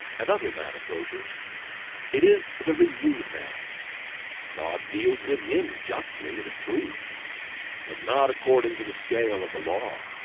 and other man approaches it is the renewed man god deals with him justly it is true but not according to the scale of the law.